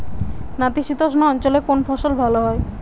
নাতিশীতোষ্ণ অঞ্চলে কোন ফসল ভালো হয়?